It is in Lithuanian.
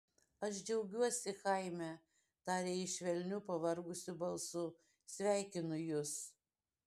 aš džiaugiuosi chaime tarė ji švelniu pavargusiu balsu sveikinu jus